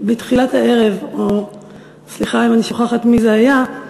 בתחילת הערב, או סליחה אם אני שוכחת מי זה היה,